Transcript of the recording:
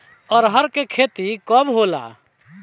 अरहर के खेती कब होला?